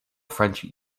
french